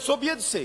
יש סוביודיצה,